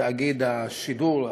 תאגיד השידור,